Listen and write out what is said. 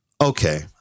Okay